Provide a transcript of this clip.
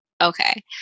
Okay